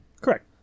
Correct